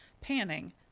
panning